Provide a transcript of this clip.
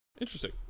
Interesting